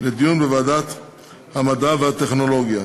לוועדת המדע והטכנולוגיה.